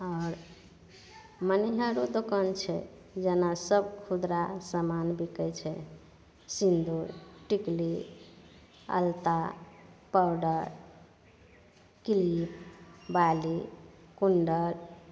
आओर मनिहारो दोकान छै जेना सब खुदरा समान बिकै छै सिन्दूर टिकली अलता पाउडर क्लिप बाली कुण्डल